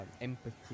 empathy